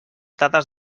dades